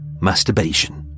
masturbation